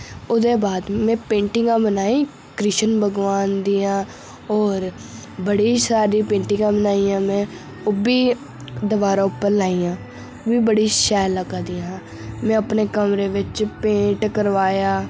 ओह्दे बाद मैं पेंटिंग बनाई कृश्ण भगवान दि'यां और बड़े सारे पेंटिंगां बनाइयां मैं ओह् बि दिवारा उप्पर लाइयां बड़ी शैल लग्गा दि'यां हियां मैं अपने कमरे बिच पेंट करवाया